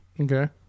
Okay